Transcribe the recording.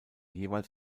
jeweils